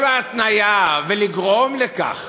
כל ההתניה, ולגרום לכך